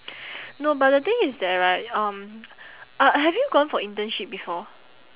no but the thing is that right um uh have you gone for internship before